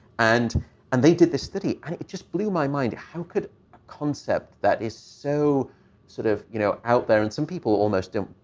and and they did this study. and it just blew my mind. how could a concept that is so sort of, you know, out there, and some people almost don't,